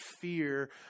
fear